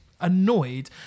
annoyed